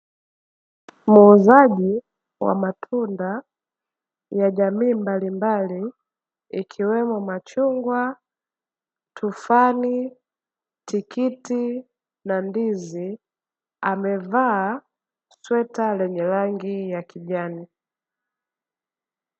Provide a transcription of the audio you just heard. Muuzaji wa matunda ya jamii mbalimbali, ikiwemo machungwa tufani tikiti na ndizi, amevaa sweta lenye rangi ya kijani.